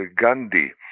Gandhi